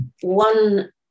one